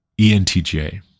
ENTJ